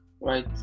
right